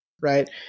Right